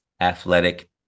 athletic